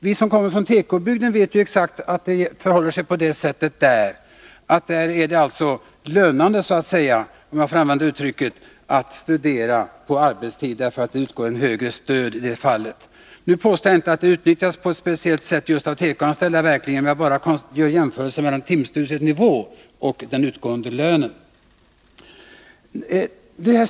Vi som kommer från tekobygden vet att det där förhåller sig på det sättet att det är lönande, om jag får använda det uttrycket, att studera på arbetstid, därför att det stöd som utgår är högre än lönen. Nu påstår jag verkligen inte att timstudiestödet utnyttjas på ett speciellt sätt av tekoanställda. Jag gör bara en jämförelse mellan timstudiestödets nivå och den utgående lönen.